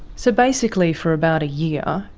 so basically, for about a year,